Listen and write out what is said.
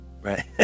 right